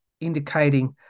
indicating